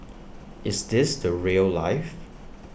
is this the rail life